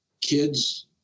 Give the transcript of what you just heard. kids